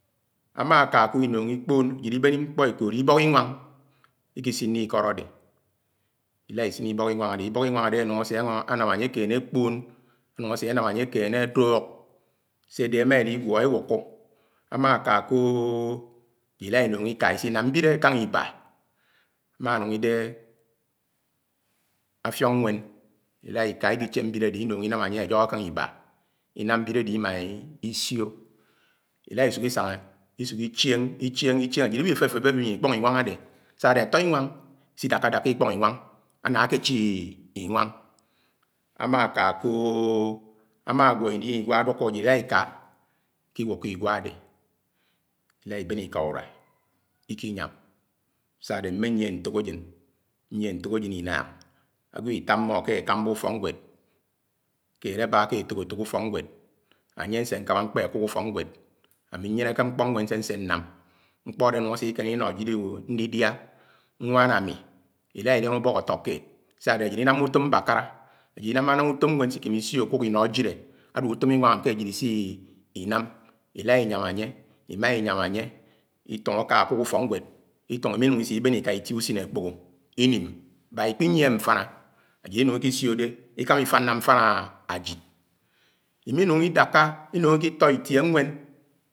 ama àkákó inung ikpooñ ajid ibéñ ñkpọ́ ekódó ibók inwañg ikisin n' ikọd ade. Ila isin ibọ̇k inwang áde, ibọ̇h inwáng adẽ anung asé anam ánye akene akpòòn, anuñg ase ánám anye adúk, sédé emá eligwọ ewúkó. Ama ka ko ila inúng ika isi nám mbiele akang iba. ámà anung ide affiong nwen ila ika ikiche mbiele inung inam ánye ayohọ akang iba, inam mbiele ade imaa isio Ila isuk isañgá isuk ichen-ichéñ, ichén ajid iwo ifefebe inyung ikpong inwang adè sa-ádé atọ inwáng isidaha-daka ikpọ́ng inwáng aná akéché inwang. Ama ka kö, ama agwo ini igwa adukó ajid ila ika ikiwúkó igwa adé. Ila ibén iká urua iki inyám sa-ade mményie ñtọkajen ñyie ntokajen inaañ. Ágwo ita mmo ke ekámbá úfok ñwéd, keẽd aba ke etok etok úfọknwed anye nse nkama nkpe akùk úfoknwed ami ñyenéke ñkpọ mfén, sé nsé nam. Ñkpọ́ adé anung ase akéné ino jile ñdidia. Ñwán ami ila ilian úbọ́k atọ kéed sa-ádé ajid inámá utom m̃bakárá ajid inama nam útóm nwen sikeme isio akùk ino jile adẽ útóm inwáng ke ajid ise inám ila inyam anye, ima inyam anye ajid ituñg aka akuk ufọwnwéd, itung imenúng isé ibén aká ñtie usin akpoho inim baak ikpinyie mfana ajid inung ikisiode ikama ifanna mfana ajid iminung idakka Inung iki tó itie nwen.